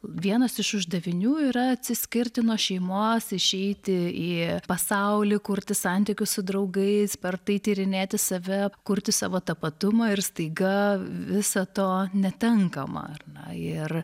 vienas iš uždavinių yra atsiskirti nuo šeimos išeiti į pasaulį kurti santykius su draugais per tai tyrinėti save kurti savo tapatumą ir staiga viso to netenkama ar na ir